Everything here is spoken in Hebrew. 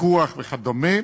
הפיקוח וכדומה.